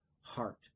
heart